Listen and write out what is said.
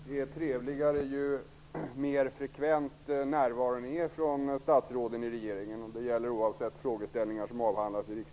Herr talman! Regeringens ministrar får svara för sig. Jag kan göra den allmänna iakttagelsen att det är trevligare ju mer frekvent statsråden deltar i riksdagens debatter, oavsett vilka frågeställningar som avhandlas.